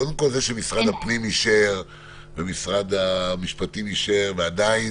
קודם כול זה שמשרד הפנים אישר ומשרד המשפטים אישר ועדיין,